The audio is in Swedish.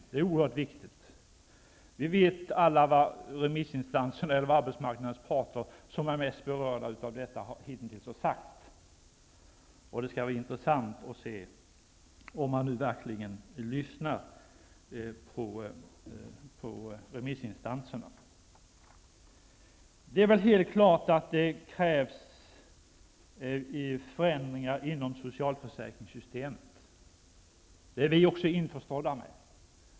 Det är oerhört viktigt. Vi vet alla vad arbetsmarknadens parter -- de som är mest berörda av detta -- hittills har sagt. Det skall bli intressant att se om man verkligen lyssnar på remissinstanserna. Det krävs förändringar inom socialförsäkringssystemet. Det är vi också införstådda med.